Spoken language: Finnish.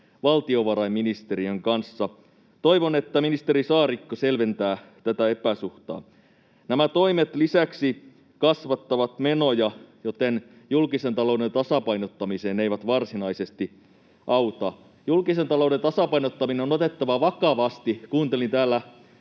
valtiovarainministeriön kanssa. Toivon, että ministeri Saarikko selventää tätä epäsuhtaa. Nämä toimet lisäksi kasvattavat menoja, joten julkisen talouden tasapainottamiseen ne eivät varsinaisesti auta. Julkisen talouden tasapainottaminen on otettava vakavasti. Kun kuuntelin täällä